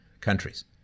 countries